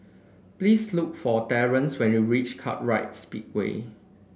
please look for Terence when you reach Kartright Speedway